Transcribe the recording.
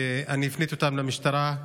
ואני הפניתי אותם למשטרה,